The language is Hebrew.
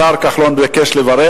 השר כחלון ביקש לברך.